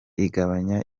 igabanya